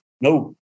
No